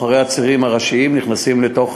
אחרי הצירים הראשיים נכנסים לתוך